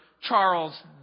Charles